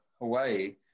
Hawaii